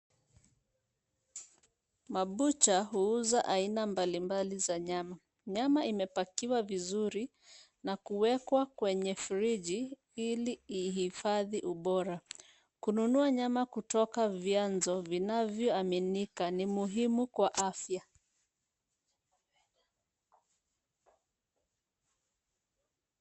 Mabucha huuza aina mbalimbali za nyama. Nyama imepakiwa vizuri na kuwekwa kwenye friji ili ihifadhi ubora. Kununua nyama kutoka vyanzo vinavyoaminika ni muhimu kwa afya.